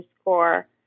score